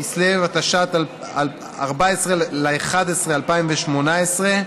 בכסלו התשע"ט, 14 בנובמבר 2018,